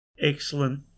Excellent